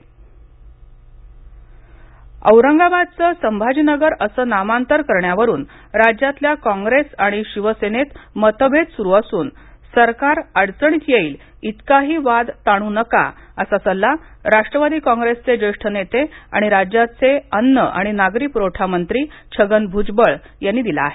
औरंगाबाद नामांतर औरंगाबादचं संभाजीनगर असं नामांतर करण्यावरून राज्यातल्या काँप्रेस आणि शिवसेनेत मतभेद सुरु असून सरकार अडचणीत येईल इतकाही वाद ताणू नका असा सल्ला राष्ट्रवादी काँग्रेसचे ज्येष्ठ नेते आणि राज्याचे अन्न आणि नागरी पुरवठा मंत्री छगन भूजबळ यांनी दिला आहे